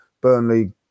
Burnley